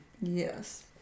Yes